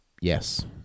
yes